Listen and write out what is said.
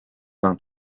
vingt